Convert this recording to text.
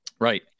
Right